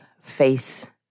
face